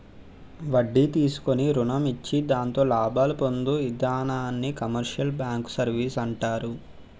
వడ్డీ తీసుకుని రుణం ఇచ్చి దాంతో లాభాలు పొందు ఇధానాన్ని కమర్షియల్ బ్యాంకు సర్వీసు అంటారు